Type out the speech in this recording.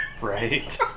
Right